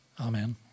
Amen